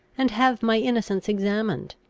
and have my innocence examined.